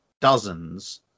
dozens